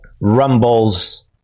Rumble's